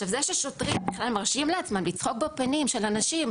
זה ששוטרים בכלל מרשים לעצמם לצחוק בפנים של אנשים,